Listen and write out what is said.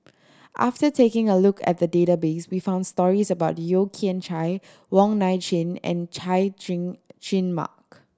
after taking a look at the database we found stories about Yeo Kian Chai Wong Nai Chin and Chay Jung Jun Mark